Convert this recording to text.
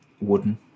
wooden